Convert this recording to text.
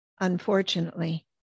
unfortunately